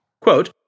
Quote